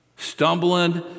stumbling